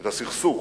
את הסכסוך,